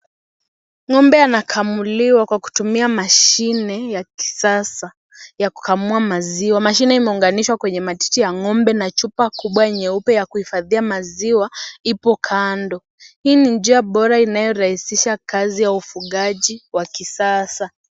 Ngombe anakamuliwa kwa kutumia mashine ya kisasa ya kukamua maziwa. Mashine imeunganishwa kwenye matiti ya ngombe na chupa kubwa nyeupe ya kuhifadhia maziwa ipo kando. Hii ni njia bora inayorahisisha kazi ya ufugaji wa kisasa.